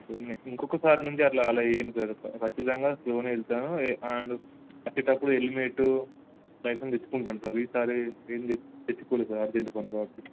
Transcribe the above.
okay అ ఇంకొకసారి నుంచి అట్లా అలా చెయ్యను సార్ ఖచ్చితంగా స్లోగానే వెళ్తాను అండ్ వచ్చేటప్పుడు హెల్మేటు లైసెన్స్ తెచ్చుకుంటాను సార్ ఈసారి ఏం తె తెచ్చుకోలెదు సార్ అర్జెంట్ పని కాబట్టి